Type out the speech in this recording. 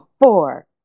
four